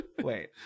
Wait